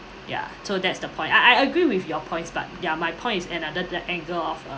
ya so that's the point I I agree with your points but ya my points is another that angle of uh